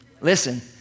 Listen